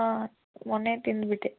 ಹಾಂ ಮೊನ್ನೆ ತಿಂದುಬಿಟ್ಟೆ